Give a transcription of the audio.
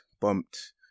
bumped